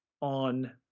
on